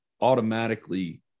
automatically